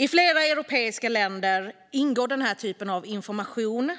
I flera europeiska länder ingår den här typen av information